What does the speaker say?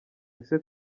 ese